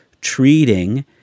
treating